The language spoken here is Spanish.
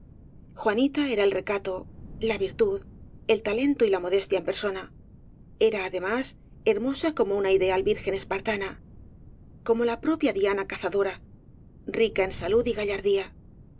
juanita era el recato la virtud el talento y la mo destia en persona era además hermosa como una ideal virgen espartana como la propia diana ca zadora rica en salud y gallardía